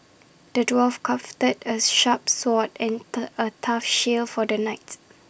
the dwarf crafted A sharp sword and A tough shield for the knight